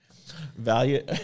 value